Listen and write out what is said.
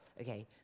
Okay